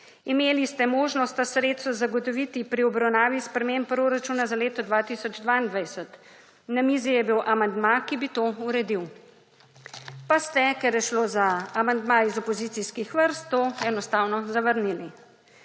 Imeli ste možnost ta sredstva zagotoviti pri obravnavi sprememb proračuna za leto 2022. Na mizi je bil amandma, ki bi to uredil, pa ste, ker je šlo za amandma iz opozicijskih vrst, to enostavno zavrnili.